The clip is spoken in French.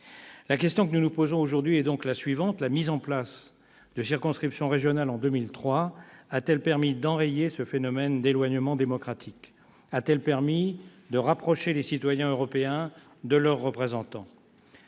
La question que nous nous posons est donc la suivante : la mise en place de circonscriptions régionales en 2003 a-t-elle permis d'enrayer ce phénomène d'éloignement démocratique, a-t-elle permis de rapprocher les citoyens européens de leurs représentants ?